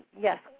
Yes